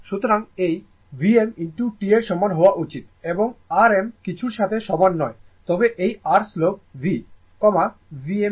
সুতরাং এই v m T এর সমান হওয়া উচিত এবং r m কিছুর সাথে সমান নয় তবে এই r স্লোপে v Vm এর সমান upon T4